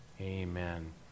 Amen